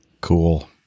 Cool